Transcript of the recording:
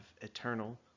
eternal